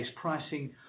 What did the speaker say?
pricing